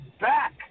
back